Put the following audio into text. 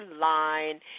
line